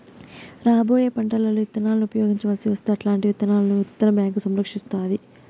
రాబోయే పంటలలో ఇత్తనాలను ఉపయోగించవలసి వస్తే అల్లాంటి విత్తనాలను విత్తన బ్యాంకు సంరక్షిస్తాది